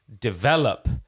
develop